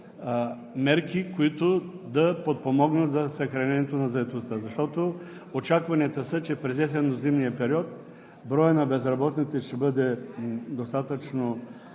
мерки, които да подпомогнат съхранението на заетостта, защото очакванията са, че през есенно-зимния период броят на безработните ще бъде достатъчно